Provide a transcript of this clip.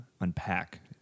unpack